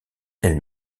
elle